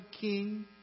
king